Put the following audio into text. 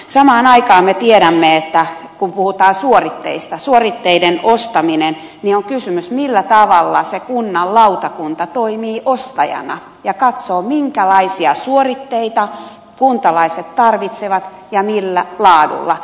samaan aikaan me tiedämme että kun puhutaan suoritteista suoritteiden ostamisesta niin on kysymys millä tavalla se kunnan lautakunta toimii ostajana ja katsoo minkälaisia suoritteita kuntalaiset tarvitsevat ja millä laadulla